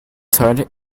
turned